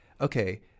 okay